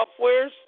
softwares